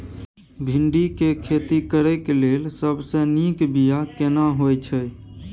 भिंडी के खेती करेक लैल सबसे नीक बिया केना होय छै?